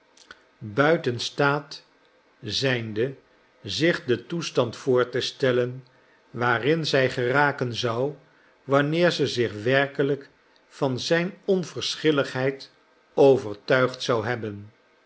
buiten staat zijnde zich den toestand voor te stellen waarin zij geraken zou wanneer ze zich werkelijk van zijn onverschilligheid overtuigd zou hebben